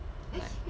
like